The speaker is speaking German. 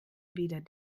weder